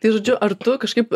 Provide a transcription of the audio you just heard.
tai žodžiu ar tu kažkaip